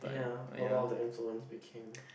ya a lot of the became